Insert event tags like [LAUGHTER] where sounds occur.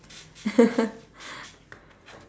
[LAUGHS]